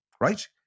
right